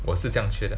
我是这样觉得